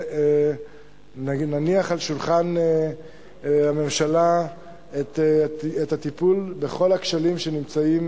ונניח על שולחן הממשלה את הטיפול בכל הכשלים שנמצאים